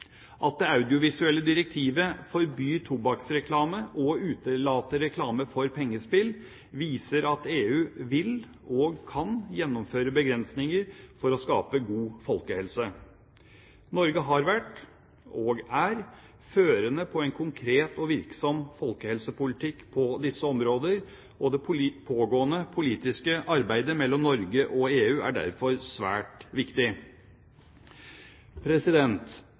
At det audiovisuelle direktivet forbyr tobakksreklame og utelater reklame for pengespill, viser at EU vil og kan gjennomføre begrensninger for å skape god folkehelse. Norge har vært og er førende når det gjelder en konkret og virksom folkehelsepolitikk på disse områder. Det pågående politiske arbeidet mellom Norge og EU er derfor svært viktig.